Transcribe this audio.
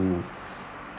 to